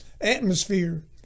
atmosphere